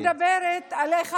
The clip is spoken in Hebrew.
אני לא מדברת עליך,